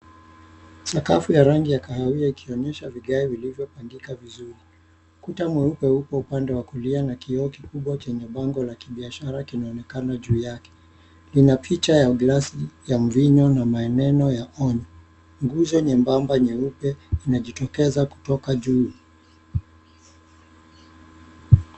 Sakafu ya rangi ya kahawia ikionyesha vigae vilivyopangika vizuri. Ukuta mweupe upo upande wa kulia na kioo kikubwa chenye bango la kibiashara kinaonekana juu yake. Lina picha ya gilasi ya mvinyo na maneno ya onyo. Nguzo nyembamba nyeupe inajitokeza kutoka juu.